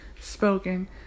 spoken